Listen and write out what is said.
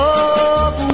up